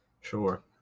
Sure